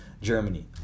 Germany